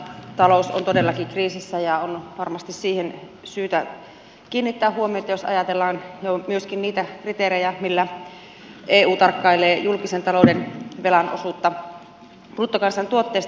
kuntatalous on todellakin kriisissä ja on varmasti siihen syytä kiinnittää huomiota jos ajatellaan että se on myöskin niitä kriteerejä millä eu tarkkailee julkisen talouden velan osuutta bruttokansantuotteesta